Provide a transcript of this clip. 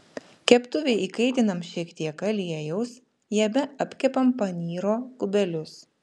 keptuvėj įkaitinam šiek tiek aliejaus jame apkepam panyro kubelius